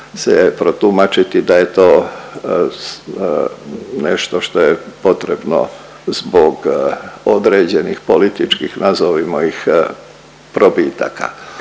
protumačiti da je to nešto što je potrebno zbog određenih političkih nazovimo ih probitaka.